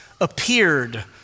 appeared